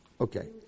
Okay